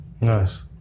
Nice